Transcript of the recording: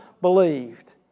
believed